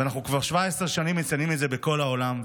ואנחנו כבר 17 שנים מציינים את זה בכל העולם,